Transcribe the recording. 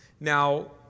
Now